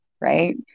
Right